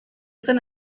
zen